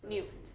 nude